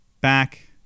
back